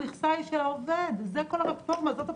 המכסה היא של העובד, זו כל הרפורמה, זאת הבשורה.